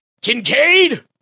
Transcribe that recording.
Kincaid